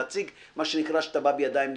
שאתה בא בידיים נקיות.